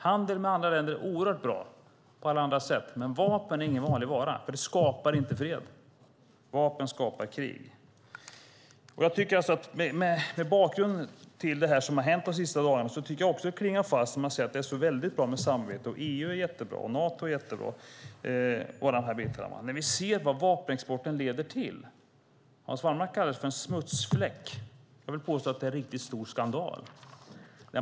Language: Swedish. Handel med andra länder är oerhört bra. Men vapen är ingen vanlig vara därför att vapen inte skapar fred. Vapen skapar krig. Mot bakgrund av det som har hänt under de senaste dagarna tycker jag att det klingar falskt när man säger att det är så bra med samarbete och att EU och Nato är jättebra när vi ser vad vapenexporten leder till. Hans Wallmark kallar det för en smutsfläck. Jag vill påstå att det är en riktigt stor skandal.